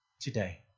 today